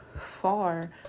far